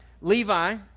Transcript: Levi